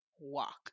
walk